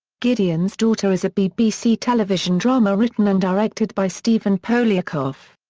gideon's daughter is a bbc television drama written and directed by stephen poliakoff.